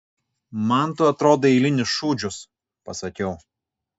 man tu atrodai eilinis šūdžius pasakiau